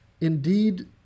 Indeed